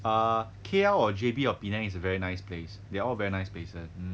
err K_L or J_B or penang is a very nice place they're all very nice places